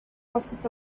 forces